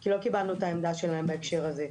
כי לא קיבלנו את העמדה שלהן בהקשר הזה.